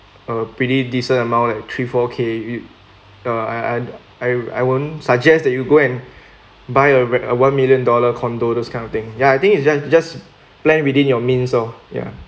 a pretty decent amount like three four k you uh I I I won't suggest that you go and buy a a one million dollar condo those kind of thing ya I think it's just just plan within your means also ya